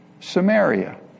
Samaria